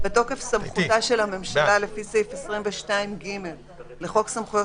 בתוקף סמכותה של הממשלה לפי סעיף 22ג לחוק סמכויות